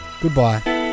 Goodbye